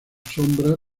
sombra